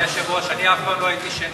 אדוני היושב-ראש, אני אף פעם לא הייתי שני.